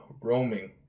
roaming